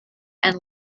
and